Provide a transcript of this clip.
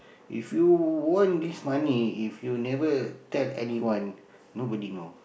if you won this money if you never tell anyone nobody know